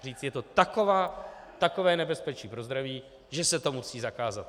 Říct je to takové nebezpečí pro zdraví, že se to musí zakázat.